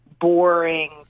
boring